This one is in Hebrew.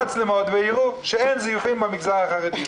מצלמות ויראו שאין זיופים במגזר החרדי.